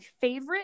favorite